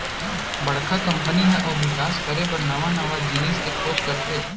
बड़का कंपनी ह अउ बिकास करे बर नवा नवा जिनिस के खोज करथे